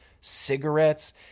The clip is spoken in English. cigarettes